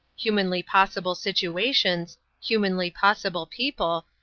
humanly possible situations, humanly possible people,